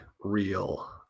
real